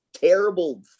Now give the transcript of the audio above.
terrible